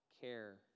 care